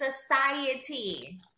society